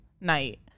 night